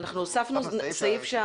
הוספנו סעיף.